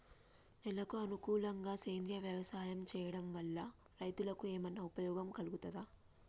నేలకు అనుకూలంగా సేంద్రీయ వ్యవసాయం చేయడం వల్ల రైతులకు ఏమన్నా ఉపయోగం కలుగుతదా?